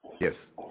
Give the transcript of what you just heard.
Yes